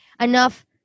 enough